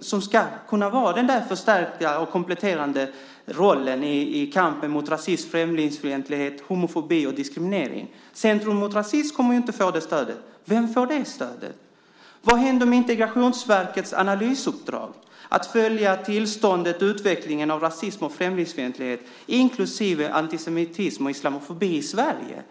som ska kunna ha den förstärkta och kompletterande rollen i kampen mot rasism, främlingsfientlighet, homofobi och diskriminering? Centrum mot rasism kommer ju inte att få det stödet. Vem får det stödet? Vad händer med Integrationsverkets analysuppdrag, att följa tillståndet och utvecklingen av rasism och främlingsfientlighet inklusive antisemitism och islamofobi i Sverige?